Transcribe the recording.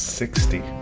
sixty